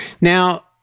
Now